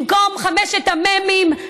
במקום חמשת המ"מים,